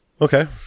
Okay